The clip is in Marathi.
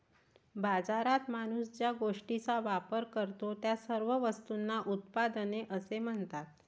बाजारात माणूस ज्या गोष्टींचा वापर करतो, त्या सर्व वस्तूंना उत्पादने असे म्हणतात